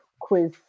quiz